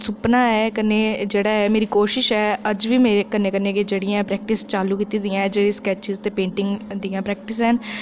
सुपना ऐ कन्नै ऐ जेह्ड़ी मेरी कोशिश ऐ अज्ज बी मेरी कन्नै कन्नै गै जेह्ड़ी ऐ प्रैक्टिस चालू कीती दी ऐ जेह्ड़ी स्कैच्च ते पेंटिंग दियां प्रैक्टिसां न